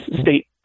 state